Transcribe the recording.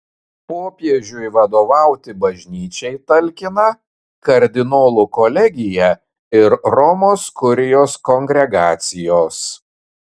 popiežiui vadovauti bažnyčiai talkina kardinolų kolegija ir romos kurijos kongregacijos